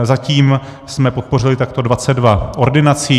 Zatím jsme podpořili takto 22 ordinací.